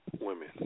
women